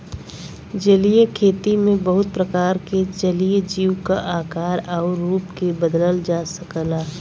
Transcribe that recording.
जलीय खेती में बहुत प्रकार के जलीय जीव क आकार आउर रूप के बदलल जा सकला